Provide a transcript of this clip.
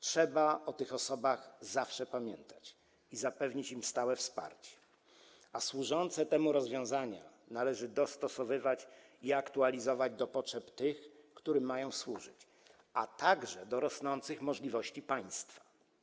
Trzeba o tych osobach zawsze pamiętać i zapewnić im stałe wsparcie, a służące temu rozwiązania należy dostosowywać i aktualizować do potrzeb tych, którym mają służyć, a także do rosnących możliwości państwa.